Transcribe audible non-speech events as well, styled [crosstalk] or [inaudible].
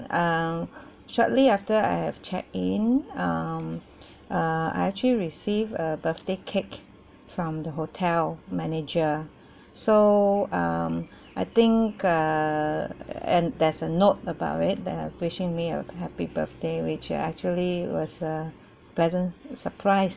um shortly after I have checked in um [breath] err I actually received a birthday cake from the hotel manager so um I think err and there's a note about it that wishing me a happy birthday which uh actually it was a pleasant surprise